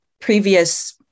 previous